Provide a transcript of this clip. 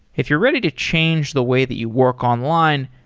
if you're ready to change the way that you work online,